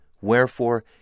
Wherefore